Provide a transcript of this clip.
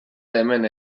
hemen